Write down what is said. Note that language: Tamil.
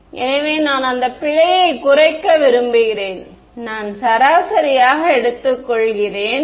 எனவே நான் அந்த பிழையை குறைக்க விரும்புகிறேன் நான் சராசரியாக எடுத்துக்கொள்கிறேன்